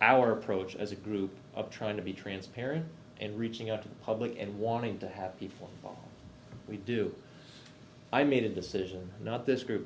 our approach as a group of trying to be transparent and reaching out to the public and wanting to have before we do i made a decision not this group